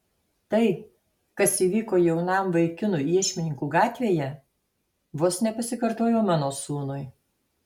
tai kas įvyko jaunam vaikinui iešmininkų gatvėje vos nepasikartojo mano sūnui